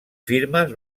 firmes